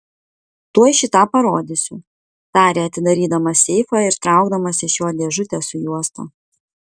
tuoj šį tą parodysiu tarė atidarydamas seifą ir traukdamas iš jo dėžutę su juosta